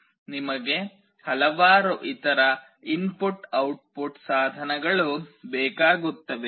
ನಿಮಗೆ ಹಲವಾರು ಇತರ ಇನ್ಪುಟ್ ಔಟ್ಪುಟ್ ಸಾಧನಗಳು ಬೇಕಾಗುತ್ತವೆ